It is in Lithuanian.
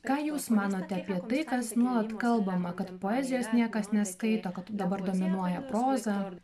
ką jūs manote apie tai kas nuolat kalbama kad poezijos niekas neskaito kad dabar dominuoja proza